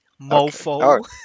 mofo